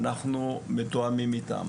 ואנחנו מתואמים איתם.